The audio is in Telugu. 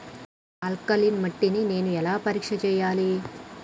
ఆల్కలీన్ మట్టి ని నేను ఎలా పరీక్ష చేయాలి?